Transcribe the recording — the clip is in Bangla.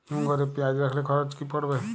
হিম ঘরে পেঁয়াজ রাখলে খরচ কি পড়বে?